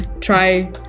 try